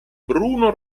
bruno